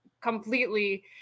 completely